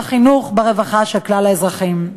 בחינוך וברווחה של כלל האזרחים.